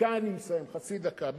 דקה אני מסיים, חצי דקה.